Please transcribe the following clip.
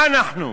מה אנחנו?